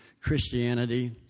Christianity